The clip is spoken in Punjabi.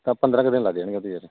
ਤਾਂ ਪੰਦਰਾ ਕੁ ਦਿਨ ਲੱਗ ਜਾਣਗੇ